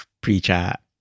pre-chat